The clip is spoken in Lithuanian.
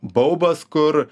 baubas kur